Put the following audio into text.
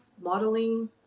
Modeling